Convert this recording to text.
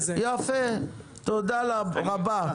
יפה, תודה רבה.